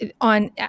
on